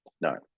no